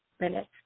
minutes